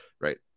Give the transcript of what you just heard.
right